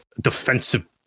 defensive